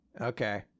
Okay